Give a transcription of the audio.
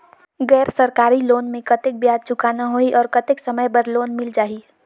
गैर सरकारी लोन मे कतेक ब्याज चुकाना होही और कतेक समय बर लोन मिल जाहि?